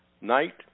night